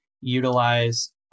utilize